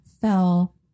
fell